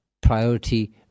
priority